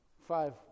five